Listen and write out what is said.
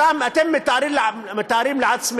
אתם מתארים לעצמכם